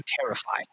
terrified